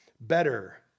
better